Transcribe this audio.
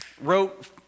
wrote